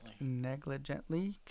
negligently